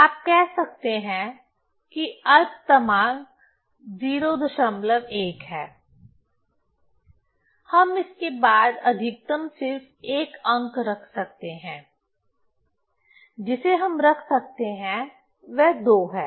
आप कह सकते हैं कि यह अल्पतमांक 01 है हम इसके बाद अधिकतम सिर्फ एक अंक रख सकते हैं जिसे हम रख सकते हैं वह 2 है